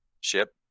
ship